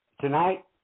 Tonight